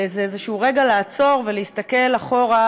זה איזשהו רגע לעצור ולהסתכל אחורה,